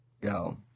Go